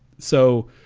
so,